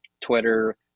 Twitter